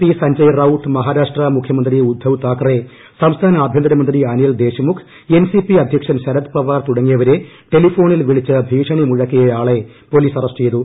P Sanjay Raut Maharashtra മുഖ്യമന്ത്രി ഉദ്ദവ് താക്കറെ സംസ്ഥാന ആഭ്യന്തരമന്ത്രി അനിൽദേശ്മുഖ് എൻ സി പി അദ്ധ്യക്ഷൻ ശരത് പവാർ തുടങ്ങിയവരെ ടെലിഫോണിൽ വിളിച്ച് ഭീഷണി മുഴക്കിയാളെ പോലീസ് അറസ്റ്റു ചെയ്തു